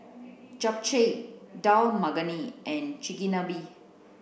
Japchae Dal Makhani and Chigenabe